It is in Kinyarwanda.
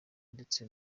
ndetse